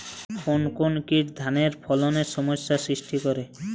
কোন কোন কীট ধানের ফলনে সমস্যা সৃষ্টি করে?